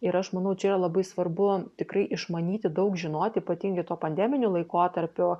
ir aš manau čia yra labai svarbu tikrai išmanyti daug žinoti ypatingi tuo pandeminiu laikotarpiu